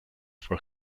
for